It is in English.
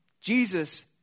Jesus